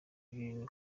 ibintu